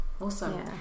Awesome